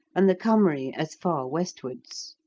and the cymry as far westwards.